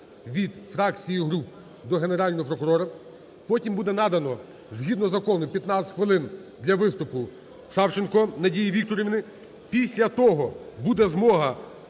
від фракцій і груп до Генерального прокурора. Потім буде надано згідно закону 15 хвилин для виступу Савченко Надії Вікторівні. Після того буде змога